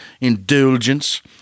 indulgence